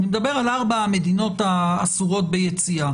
אני מדבר על ארבע המדינות האסורות ביציאה,